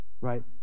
right